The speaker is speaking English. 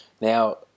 now